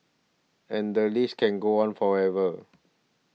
and the list can go on forever